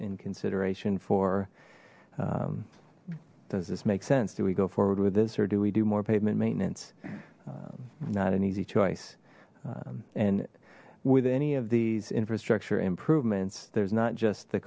in consideration for does this make sense do we go forward with this or do we do more pavement maintenance not an easy choice and with any of these infrastructure improvements there's not just the